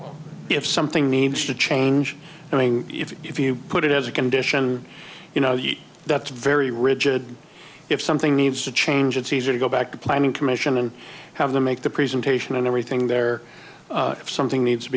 a if something needs to change i mean if you put it as a condition you know that's very rigid if something needs to change it's easy to go back the planning commission and have them make the presentation and everything there if something needs to